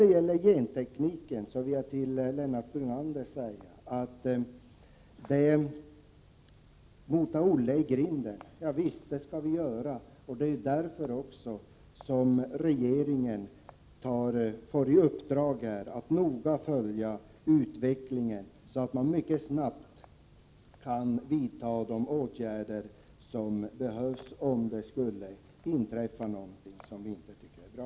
Beträffande gentekniken vill jag till Lennart Brunander säga: Visst skall vi mota Olle i grind, och det är därför som regeringen skall få i uppdrag att noga följa utvecklingen, så att man mycket snabbt kan vidta de åtgärder som behövs, om det skulle inträffa något som man inte tycker är bra.